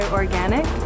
organic